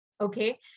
okay